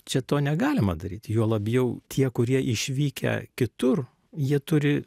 čia to negalima daryti juo labiau tie kurie išvykę kitur jie turi